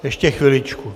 Ještě chviličku.